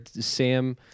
Sam